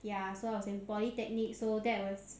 ya so I was in polytechnic so that was